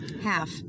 Half